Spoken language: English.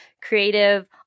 creative